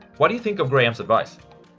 what do you think of graham's advice?